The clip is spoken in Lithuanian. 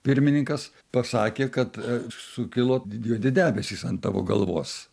pirmininkas pasakė kad sukilo juodi debesys an tavo galvos